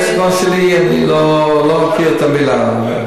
בלקסיקון שלי אני לא מכיר את המלה.